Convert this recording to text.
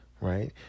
Right